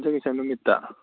ꯌꯨꯝꯁꯥꯀꯩꯁꯥ ꯅꯨꯃꯤꯠꯇ